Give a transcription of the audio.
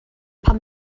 pan